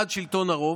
אחד, שלטון הרוב.